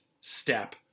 step